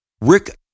Rick